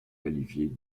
qualifier